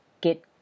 get